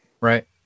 right